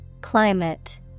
Climate